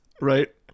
right